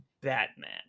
Batman